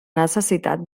necessitat